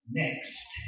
next